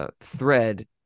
Thread